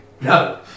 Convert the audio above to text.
No